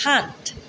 সাত